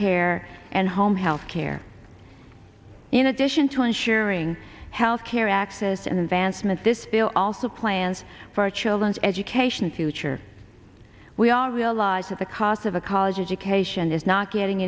care and home health care in addition to ensuring health care access and advancement this bill also plans for a children's education future we all realize that the cost of a college education is not getting